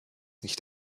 nicht